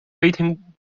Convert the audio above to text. waiting